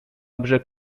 brzeg